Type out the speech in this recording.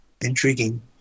intriguing